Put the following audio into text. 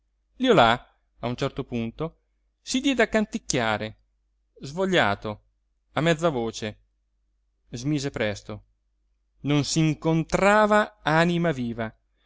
contadini liolà a un certo punto si diede a canticchiare svogliato a mezza voce smise presto non s'incontrava anima viva